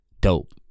Dope